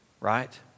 Right